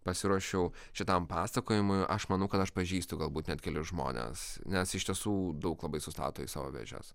pasiruošiau šitam pasakojimui aš manau kad aš pažįstu galbūt net kelis žmones nes iš tiesų daug labai sustato į savo vėžes